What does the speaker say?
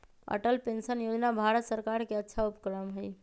Atal pension Yojana Bharat सर्कार के अच्छा उपक्रम हई